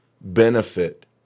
benefit